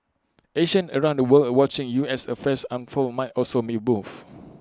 Asians around the world are watching U S affairs unfold might also be moved